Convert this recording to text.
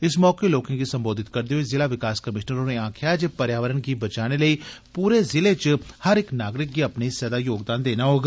इस मौके लोकें गी संबोधत करदे होई जिला विकास कमीषनर होरें आक्खेआ जे पर्यावरण गी बचाने लेई पूरे जिले च हर इक नागरिक गी अपने हिस्से दा योगदान देना होग